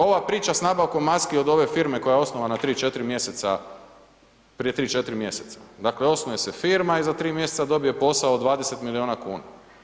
Ova priča s nabavkom maski od ove firme koja je osnovana 3, 4 mj., prije 3, 4 mjeseca, dakle osnuje se firma i za 3 mj. dobije posao od 20 milijuna kuna.